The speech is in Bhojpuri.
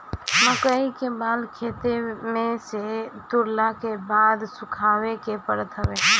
मकई के बाल खेते में से तुरला के बाद सुखावे के पड़त हवे